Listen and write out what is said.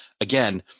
Again